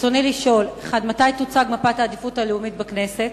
רצוני לשאול: 1. מתי תוצג מפת העדיפות הלאומית בכנסת?